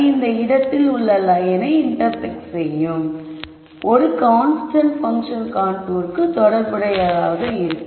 அது இந்த இடத்தில் உள்ள லயன் ஐ இன்டர்செக்ட் செய்யும் ஒரு கான்ஸ்டன்ட் பங்க்ஷன் கான்டூர்க்கு தொடர்புடையதாக இருக்கும்